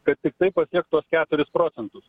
kad tiktai patiekt tuos keturis procentus